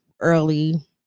early